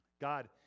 God